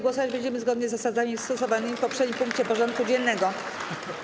Głosować będziemy zgodnie z zasadami stosowanymi w poprzednim punkcie porządku dziennego.